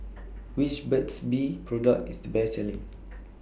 Which Burt's Bee Product IS The Best Selling